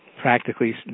practically